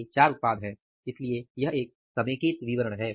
ये 4 उत्पाद हैं इसलिए यह एक समेकित विवरण है